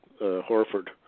Horford